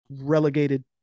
relegated